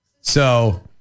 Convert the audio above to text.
So-